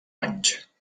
anys